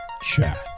Chat